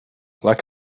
like